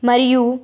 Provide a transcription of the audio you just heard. మరియు